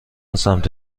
سمت